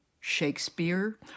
Shakespeare